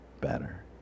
better